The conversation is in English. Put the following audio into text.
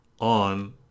on